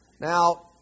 Now